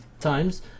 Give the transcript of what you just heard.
times